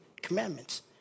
commandments